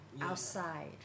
outside